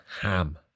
ham